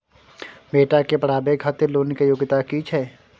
बेटा के पढाबै खातिर लोन के योग्यता कि छै